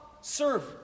serve